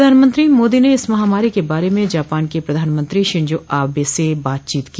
प्रधानमंत्री मोदी ने इस महामारी के बारे में जापान के प्रधानमंत्री शिजो आबे से भी बात की